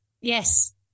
Yes